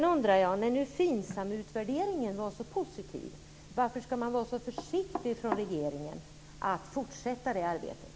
Jag undrar också: När nu Finsamutvärderingen var så positiv, varför ska man vara så försiktig från regeringen med att fortsätta det arbetet?